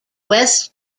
west